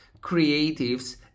creatives